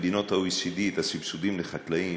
במדינות ה-OECD את הסבסודים לחקלאים,